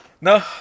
no